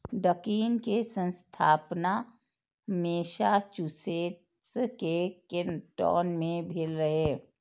Dunkin के स्थापना Massachusetts के कैन्टोन मे भेल रहै